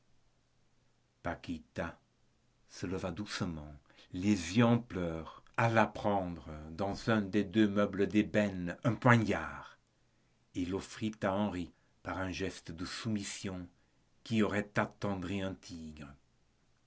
paquita se leva doucement les yeux en pleurs alla prendre dans un des deux meubles d'ébène un poignard et l'offrit à henri par un geste de soumission qui aurait attendri un tigre